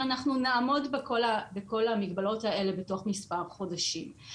אבל אנחנו נעמוד בכל המגבלות האלה בתוך מספר חודשים.